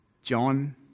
John